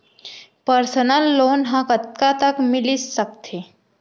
Personal loan ह कतका तक मिलिस सकथे?